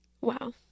wow